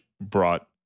brought